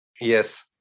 Yes